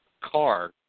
car